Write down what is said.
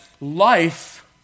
life